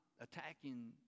attacking